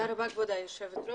תודה רבה, כבוד היושבת-ראש.